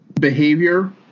behavior